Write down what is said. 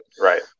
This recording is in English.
right